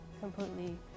completely